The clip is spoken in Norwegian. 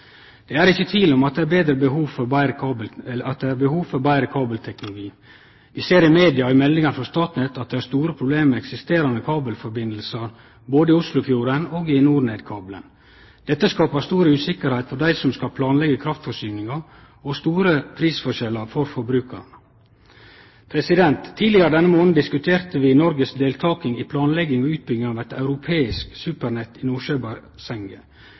Det er ikkje tvil om at det er behov for betre kabelteknologi. Vi ser i media og i meldingar frå Statnett at det er store problem med eksisterande kabelsamband både i Oslofjorden og når det gjeld NorNed-kabelen. Dette skaper stor usikkerheit for dei som skal planleggje kraftforsyninga, og store prisforskjellar for forbrukarane. Tidlegare i denne månaden diskuterte vi Noregs deltaking i planlegging og utbygging av eit europeisk supernett i